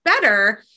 better